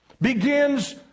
begins